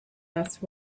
asked